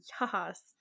Yes